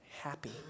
happy